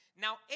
Now